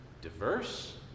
diverse